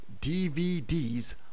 DVDs